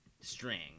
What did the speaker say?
string